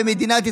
במדינת ישראל,